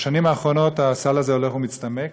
בשנים האחרונות הסל הזה הולך ומצטמק.